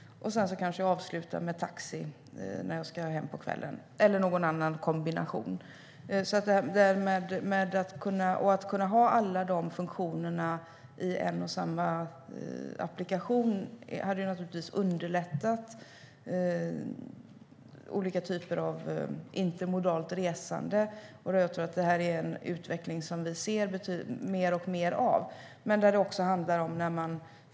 Sedan kanske jag avslutar med taxi när jag ska hem på kvällen - eller någon annan kombination. Att kunna ha alla de funktionerna i en och samma applikation hade naturligtvis underlättat olika typer av intermodalt resande, och jag tror att det är en utveckling som vi kommer att se mer och mer av.